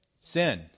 sin